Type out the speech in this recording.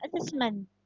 assessment